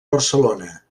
barcelona